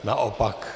Naopak.